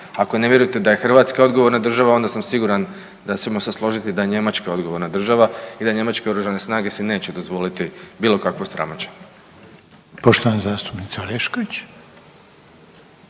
Ako ne vjerujete da je Hrvatska odgovorna država onda sam siguran da ćemo se složiti da je Njemačka odgovorna država i da njemačke oružane snage si neće dozvoliti bilo kakvo sramoćenje.